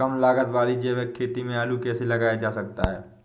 कम लागत वाली जैविक खेती में आलू कैसे लगाया जा सकता है?